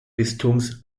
bistums